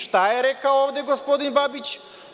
Šta je rekao ovde gospodin Babić?